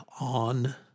on